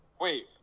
wait